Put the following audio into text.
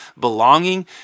belonging